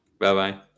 Bye-bye